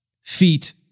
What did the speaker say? Feet